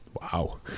Wow